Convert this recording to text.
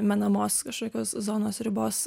menamos kažkokios zonos ribos